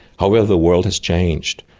however the world has changed.